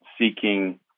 seeking